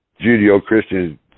Judeo-Christian